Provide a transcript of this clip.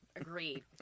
Agreed